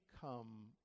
come